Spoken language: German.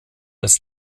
das